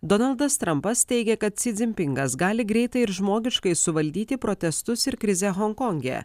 donaldas trampas teigia kad si dzinpingas gali greitai ir žmogiškai suvaldyti protestus ir krizę honkonge